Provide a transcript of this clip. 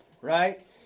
right